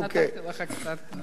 אני חייב לומר,